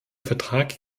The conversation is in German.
vertrag